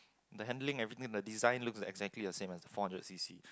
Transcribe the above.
the handling everything and the design looks exactly the same as the four hundred C_C